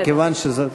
הצעה לסדר-היום.